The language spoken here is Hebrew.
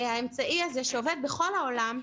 האמצעי הזה שעובד בכל העולם,